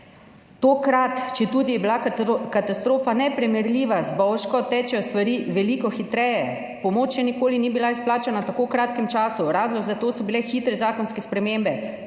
Tokrat, četudi je bila katastrofa neprimerljiva z bovško, tečejo stvari veliko hitreje. Pomoč še nikoli ni bila izplačana v tako kratkem času. Razlog za to so bile hitre zakonske spremembe.